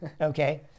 Okay